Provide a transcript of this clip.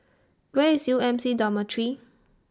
Where IS U M C Dormitory